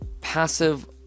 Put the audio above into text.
passive